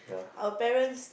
our parents